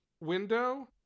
window